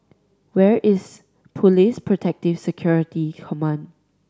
where is Police Protective Security Command